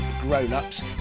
grown-ups